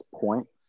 points